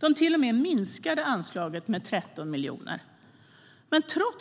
De minskade till och med anslaget med 13 miljoner. Herr talman!